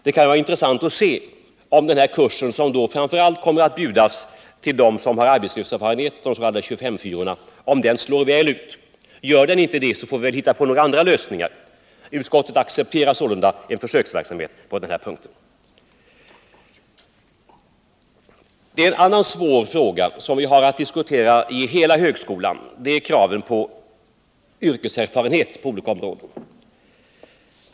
Det kan vara intressant att se om denna kurs, som då framför allt kommer att bjudas dem som har arbetslivserfarenhet, de som söker till utbildningen enligt 24:4-regeln, slår väl ut. Gör den inte det får vi väl hitta på andra lösningar. Utskottet accepterar sålunda en försöksverksamhet på denna punkt. En annan svår fråga som vi har att diskutera i hela högskolan är kravet på yrkeserfarenhet på olika områden.